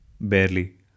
Barely